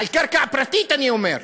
על קרקע פרטית, אני אומר.